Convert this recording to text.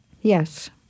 Yes